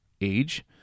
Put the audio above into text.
age